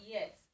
Yes